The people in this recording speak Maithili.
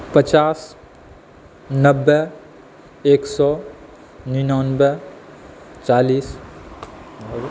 पचास नब्बे एक सए निनानबे चालीस